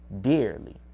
dearly